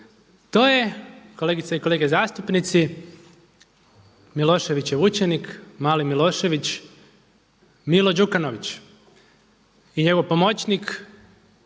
to je kolegice i kolege zastupnici Miloševićev učenik, mali Milošević Milo Đukanović i njegov pomoćnik